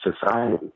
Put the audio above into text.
society